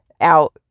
out